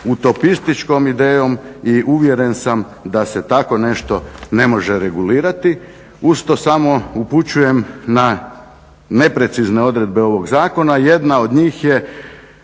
čini mi se … idejom i uvjeren sam da se tako nešto ne može regulirati. Uz to samo upućujem na neprecizne odredbe ovog zakona, jedna od njih je